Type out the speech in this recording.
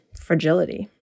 fragility